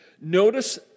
Notice